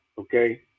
okay